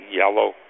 yellow